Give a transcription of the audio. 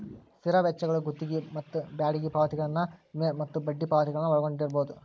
ಸ್ಥಿರ ವೆಚ್ಚಗಳು ಗುತ್ತಿಗಿ ಮತ್ತ ಬಾಡಿಗಿ ಪಾವತಿಗಳನ್ನ ವಿಮೆ ಮತ್ತ ಬಡ್ಡಿ ಪಾವತಿಗಳನ್ನ ಒಳಗೊಂಡಿರ್ಬಹುದು